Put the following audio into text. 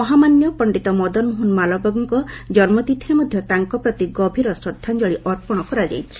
ମହାମାନ୍ୟ ପଣ୍ଡିତ ମଦନମୋହନ ମାଲବ୍ୟଙ୍କ ଜନ୍ନତିଥିରେ ମଧ୍ୟ ତାଙ୍କ ପ୍ରତି ଗଭୀର ଶ୍ରଦ୍ଧାଞ୍ଜଳୀ ଅର୍ପଣ କରାଯାଇଛି